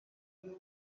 rugo